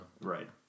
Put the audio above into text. Right